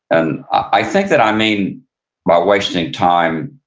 and i think that i mean by wasting time,